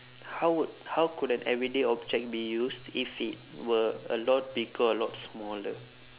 how would how could an everyday object be used if it were a lot bigger or a lot smaller